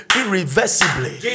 irreversibly